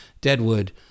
Deadwood